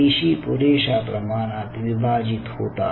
पेशी पुरेशा प्रमाणात विभाजित होतात